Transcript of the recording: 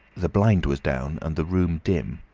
the blind was down and the room dim.